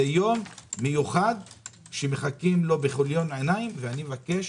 זה יום מיוחד שמחכים לו בכליון עיניים ואני מבקש